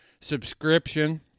subscription